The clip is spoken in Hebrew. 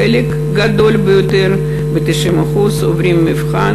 חלק גדול ביותר מהם עוברים את המבחן